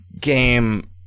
game